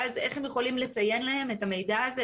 ואז איך הם יכולים לציין להם את המידע הזה?